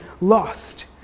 lost